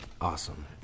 Awesome